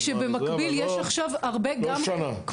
אבל לא --- כשבמקביל יש עכשיו הרבה גם,